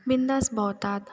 बिंदास भोंवतात